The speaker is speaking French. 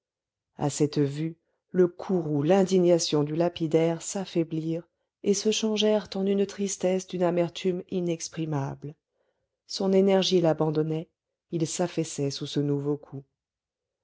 à cette vue le courroux l'indignation du lapidaire s'affaiblirent et se changèrent en une tristesse d'une amertume inexprimable son énergie l'abandonnait il s'affaissait sous ce nouveau coup